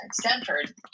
Stanford